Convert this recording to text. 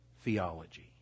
theology